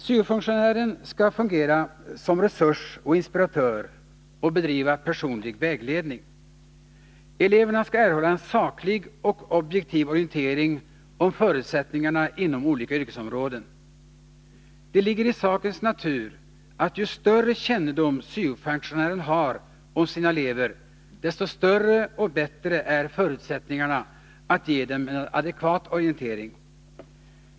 Syofunktionären skall fungera som resurs och inspiratör och bedriva personlig vägledning. Eleverna skall erhålla en saklig och objektiv orientering om förutsättningarna inom olika yrkesområden. Det ligger i sakens natur att ju större kännedom syo-funktionären har om sina elever, desto större och bättre är förutsättningarna för honom att ge eleverna en adekvat orientering.